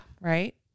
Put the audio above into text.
Right